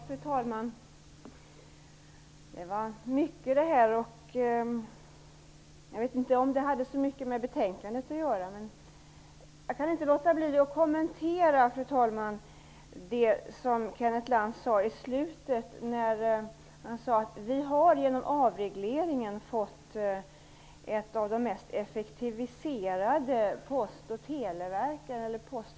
Fru talman! Detta var mycket på en gång, och jag vet inte om det hade så mycket att göra med betänkandet. Jag kan inte, fru talman, låta bli att kommentera det som Kenneth Lantz sade på slutet, att vi genom avregleringen har fått två av de mest effektiva post och teleföretagen i världen.